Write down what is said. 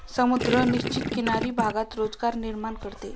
समुद्र निश्चित किनारी भागात रोजगार निर्माण करतो